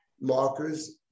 markers